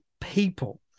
people